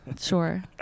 Sure